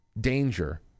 danger